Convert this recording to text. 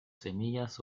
semillas